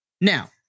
Now